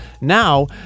Now